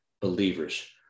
believers